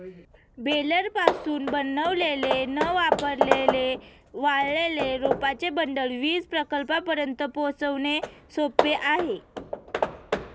बेलरपासून बनवलेले न वापरलेले वाळलेले रोपांचे बंडल वीज प्रकल्पांपर्यंत पोहोचवणे सोपे आहे